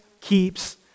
keeps